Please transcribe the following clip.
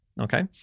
okay